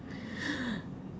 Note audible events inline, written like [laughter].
[noise]